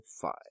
five